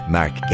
Mark